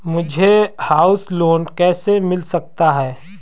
मुझे house loan कैसे मिल सकता है?